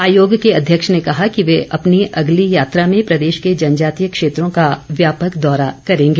आयोग के अध्यक्ष ने कहा कि वे अपनी अगली यात्रा में प्रदेश के जनजातीय क्षेत्रों का व्यापक दौरा करेंगे